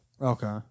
Okay